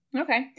Okay